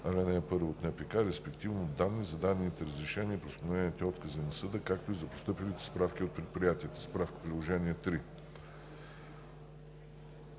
ал. 1 от НПК, респективно данни за дадените разрешения и постановените откази на съда, както и за постъпилите справки от предприятията. (Справка Приложение 3.)